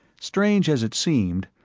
strange as it seemed,